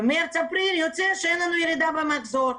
במרץ אפריל יוצא שאין לנו ירידה במחזור,